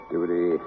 Duty